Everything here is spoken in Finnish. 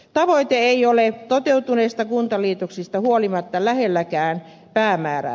tavoite ei ole toteutuneista kuntaliitoksista huolimatta lähelläkään päämäärää